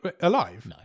Alive